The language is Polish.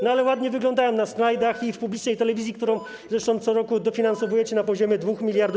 No ale ładnie wyglądają na slajdach i w publicznej telewizji, którą zresztą co roku dofinansowujecie na poziomie 2 mld zł.